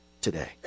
today